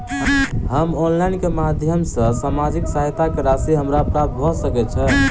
हम ऑनलाइन केँ माध्यम सँ सामाजिक सहायता केँ राशि हमरा प्राप्त भऽ सकै छै?